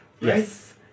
Yes